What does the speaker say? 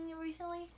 recently